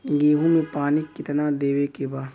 गेहूँ मे पानी कितनादेवे के बा?